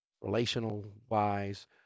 relational-wise